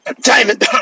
Diamond